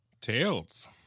Tails